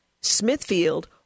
Smithfield